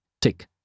tick